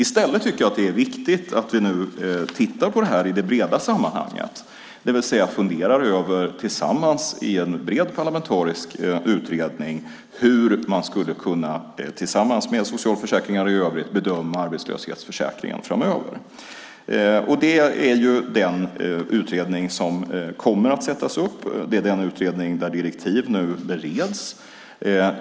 I stället tycker jag att det är viktigt att vi nu tittar på det här i det breda sammanhanget, det vill säga att vi tillsammans i en bred parlamentarisk utredning funderar över hur man tillsammans med socialförsäkringarna i övrigt skulle kunna bedöma arbetslöshetsförsäkringen framöver. Det är den utredning som kommer att sättas upp. Det är den utredning för vilken direktiv nu bereds.